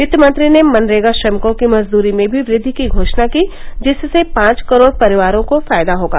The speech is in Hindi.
वित्त मंत्री ने मनरेगा श्रमिकों की मजदूरी में भी वृद्धि की घोषणा की जिससे पांच करोड़ परिवारों को फायदा मिलेगा